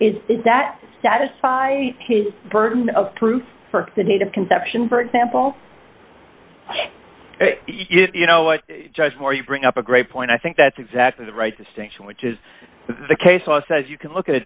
is that satisfy the burden of proof for the date of conception for example you know what judge moore you bring up a great point i think that's exactly the right distinction which is the case law says you can look at a